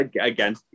again